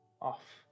off